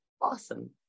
awesome